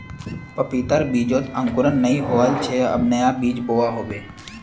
पपीतार बीजत अंकुरण नइ होल छे अब नया बीज बोवा होबे